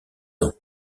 ans